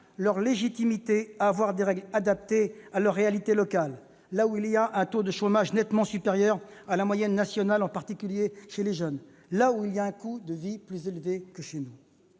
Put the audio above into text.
leur légitimité à avoir des règles adaptées à leurs réalités locales, notamment un taux de chômage nettement supérieur à la moyenne nationale, en particulier chez les jeunes, et un coût de la vie plus élevé. Ils